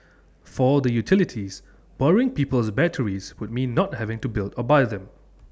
for the utilities borrowing people's batteries would mean not having to build or buy them